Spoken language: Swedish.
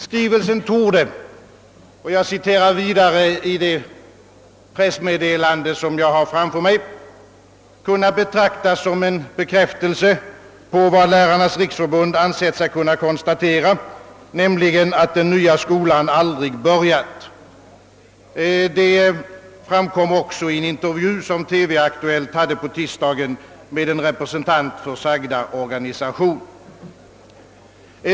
» Skrivelsen torde» — för att citera ett pressmeddelande som jag har framför mig — »kunna betraktas som en bekräftelse på vad Lärarnas riksförbund ansett sig kunna konstatera, nämligen att den nya skolan aldrig börjat.» Detta framkom också i en intervju som TV-Aktuellt hade på tisdagen med en representant för sagda organisation.